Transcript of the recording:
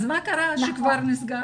אז מה קרה שכבר נסגר?